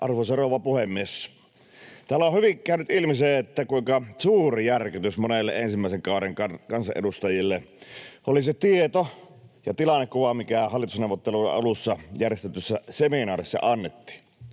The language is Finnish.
Arvoisa rouva puhemies! Täällä on hyvin käynyt ilmi se, kuinka suuri järkytys monelle ensimmäisen kauden kansanedustajalle oli se tieto ja tilannekuva, mikä hallitusneuvotteluiden alussa järjestetyssä seminaarissa annettiin.